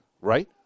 right